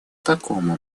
таком